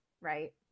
right